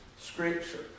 Scripture